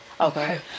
Okay